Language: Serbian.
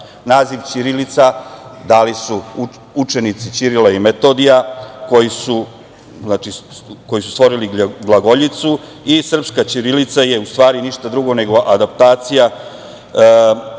Naziv ćirilica dali su učenici Ćirila i Metodija, koji su stvorili glagoljicu i srpska ćirilica je u stvari ništa drugo nego adaptacija